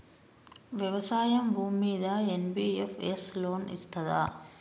వ్యవసాయం భూమ్మీద NBFS loan ఇస్తదా?